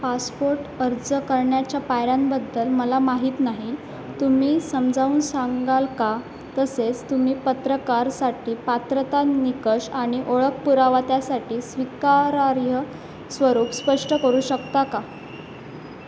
passport अर्ज करण्याच्या पायऱ्यांबद्दल मला माहीत नाही तुम्ही समजावून सांगाल का तसेच तुम्ही पत्रकारासाठी पात्रता निकष आणि ओळख पुरावा त्यासाठी स्वीकारार्ह स्वरूप स्पष्ट करू शकता का